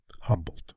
Humboldt